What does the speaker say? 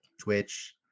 Twitch